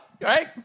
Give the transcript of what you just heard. right